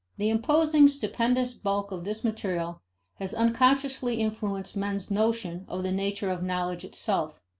the imposing stupendous bulk of this material has unconsciously influenced men's notions of the nature of knowledge itself.